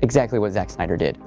exactly what zack snyder did.